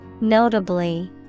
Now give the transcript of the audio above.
Notably